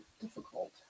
difficult